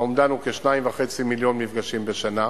האומדן הוא כ-2.5 מיליון מפגשים בשנה,